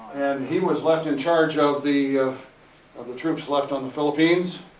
he was left in charge of the of of the troops left on the philippines.